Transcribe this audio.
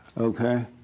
Okay